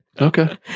Okay